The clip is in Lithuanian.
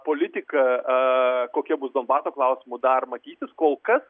politika a kokia bus donbaso klausimu dar matysis kol kas